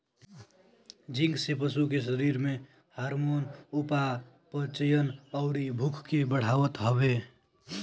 zinc से पशु के शरीर में हार्मोन, उपापचयन, अउरी भूख के बढ़ावत हवे